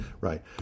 right